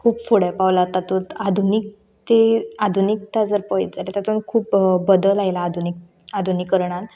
खूब फुडें पावला तातूंत आधुनीक ती आधुनिकता जर पळयत जाल्यार तातूंत खूब बदल आयला आधुनीकरणान